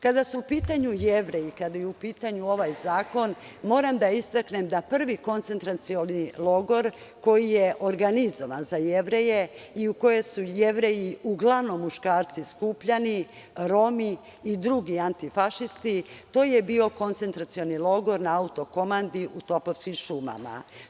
Kada su u pitanju Jevreji, kada je u pitanju ovaj zakon, moram da istaknem da prvi koncentracioni logor koji je organizovan za Jevreje i u koje su Jevreji, uglavnom muškarci skupljani, Romi i drugi antifašisti, to je bio koncentracioni logor na Autokomandi u Topovskim šumama.